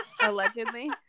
Allegedly